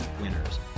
winners